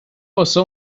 واسه